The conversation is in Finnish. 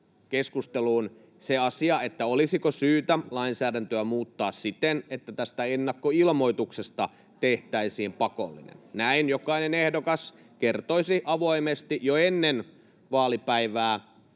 keskusteluun se asia, olisiko syytä lainsäädäntöä muuttaa siten, että tästä ennakkoilmoituksesta tehtäisiin pakollinen. Näin jokainen ehdokas kertoisi avoimesti jo ennen vaalipäivää